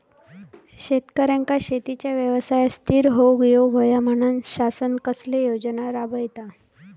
शेतकऱ्यांका शेतीच्या व्यवसायात स्थिर होवुक येऊक होया म्हणान शासन कसले योजना राबयता?